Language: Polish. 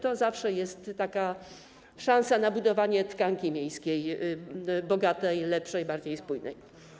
To zawsze jest szansa na budowanie tkanki miejskiej bogatej, lepszej, bardziej spójnej.